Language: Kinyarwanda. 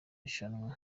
rushanwa